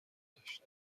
داشت